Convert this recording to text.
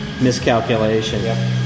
miscalculation